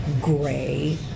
gray